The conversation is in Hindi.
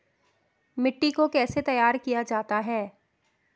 मिट्टी को कैसे तैयार किया जाता है?